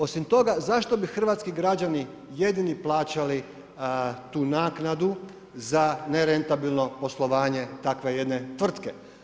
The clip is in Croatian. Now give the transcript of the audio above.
Osim toga zašto bi hrvatski građani jedini plaćali tu naknadu za nerentabilno poslovanje takve jedne tvrtke?